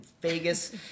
Vegas